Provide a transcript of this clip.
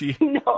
No